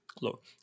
Look